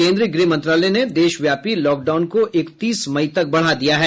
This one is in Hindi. केन्द्रीय गृह मंत्रालय ने देशव्यापी लॉकडाउन को इकतीस मई तक बढा दिया है